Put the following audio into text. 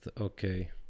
okay